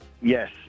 Yes